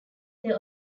their